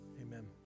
Amen